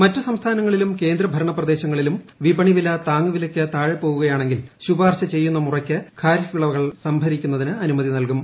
മറ്റ് സംസ്ഥാനങ്ങളിലും കേന്ദ്രഭരണ പ്രദേശങ്ങളിലും വിപണി വില താങ്ങുവിലക്ക് താഴെ പോവുകയാണെങ്കിൽ ശുപാർശ ലഭിക്കുന്ന മുറയ്ക്ക് ഖാരീഫ് വിളകൾ സംഭരിക്കുന്നതിന് അനുമതി നൽകും